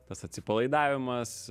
tas atsipalaidavimas